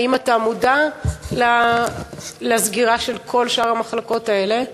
האם אתה מודע לסגירה של כל המחלקות האלה?